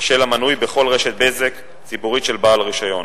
של המנוי בכל רשת בזק ציבורית של בעל רשיון,